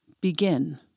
begin